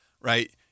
right